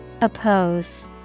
Oppose